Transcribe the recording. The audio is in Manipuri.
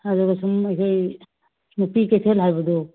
ꯑꯗꯨꯒ ꯁꯨꯝ ꯑꯩꯈꯣꯏ ꯅꯨꯄꯤ ꯀꯩꯊꯦꯜ ꯍꯥꯏꯕꯗꯣ